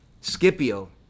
Scipio